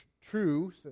true